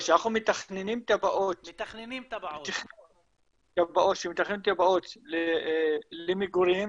כשאנחנו מתכננים תב"עות למגורים,